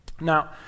Now